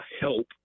help